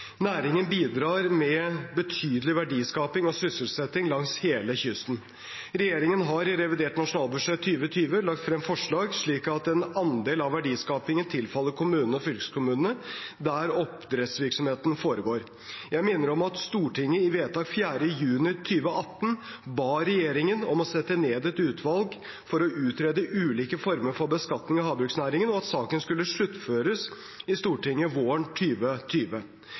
Næringen bidrar med betydelig verdiskaping og sysselsetting langs hele kysten. Regjeringen har i revidert nasjonalbudsjett 2020 lagt frem forslag slik at en andel av verdiskapingen tilfaller kommunene og fylkeskommunene der oppdrettsvirksomheten foregår. Jeg minner om at Stortinget i vedtak 4. juni 2018 ba regjeringen sette ned et utvalg for å utrede ulike former for beskatning av havbruksnæringen, og at saken skulle sluttføres i Stortinget våren